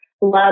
love